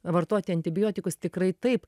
vartoti antibiotikus tikrai taip